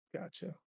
Gotcha